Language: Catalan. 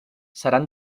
seran